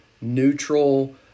neutral